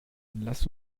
lass